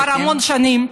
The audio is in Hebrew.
כבר המון שנים.